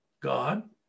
God